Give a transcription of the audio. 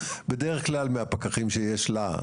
בדרך כלל מהפקחים שיש לה.